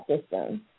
system